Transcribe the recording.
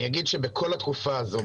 בכל התקופה הזאת,